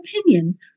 opinion